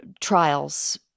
trials